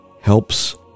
helps